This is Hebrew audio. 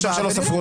הצבעה לא אושרו.